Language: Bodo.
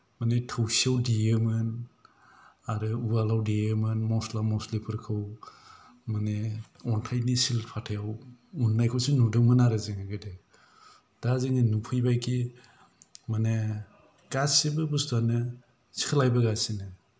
माने थौसियाव देयोमोन आरो उवालाव देयोमोन मसला मसलिफोरखौ माने अनथाइनि सिलपाथायाव उन्नायखौसो नुदोंमोन आरो जोङो गोदो दा जोङो नुफैबाय कि माने गासैबो बुस्तुआनो सोलायबोगासिनो